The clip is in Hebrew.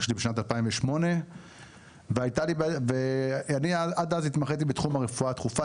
שלי בשנת 2008. עד אז התמחיתי בתחום הרפואה הדחופה,